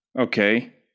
Okay